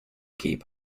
keep